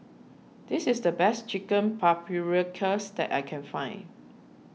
this is the best Chicken Paprikas that I can find